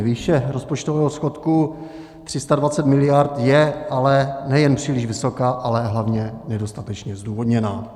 Výše rozpočtového schodku 320 miliard je ale nejen příliš vysoká, ale hlavně nedostatečně zdůvodněná.